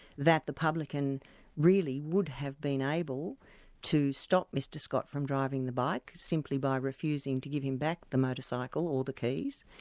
that the publican really would have been able to stop mr scott from driving the bike, simply by refusing to give him back the motorcycle or the keys,